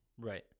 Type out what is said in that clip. Right